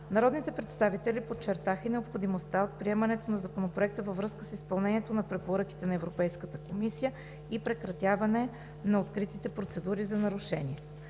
Народните представители подчертаха и необходимостта от приемането на Законопроекта във връзка с изпълнението на препоръките на Европейската комисия и прекратяване на откритите процедури за нарушение.